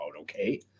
okay